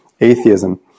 atheism